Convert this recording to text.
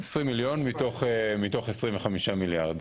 20 מיליון מתוך 25 מיליארד.